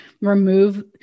remove